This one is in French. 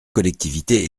collectivité